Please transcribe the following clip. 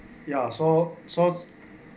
ya so so